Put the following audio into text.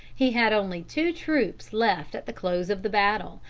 he had only two troops left at the close of the battle,